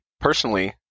personally